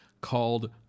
called